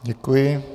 Děkuji.